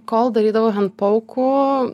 kol darydavau hend pauku